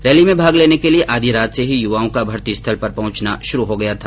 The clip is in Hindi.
रैली में भाग लेने के लिए आधी रात से ही युवाओं का भर्ती स्थल पर पहुंचना शुरू हो गया था